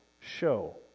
show